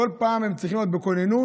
בכל פעם הם צריכים להיות בכוננות.